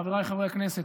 חבריי חברי הכנסת,